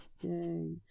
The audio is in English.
Yay